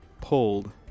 pulled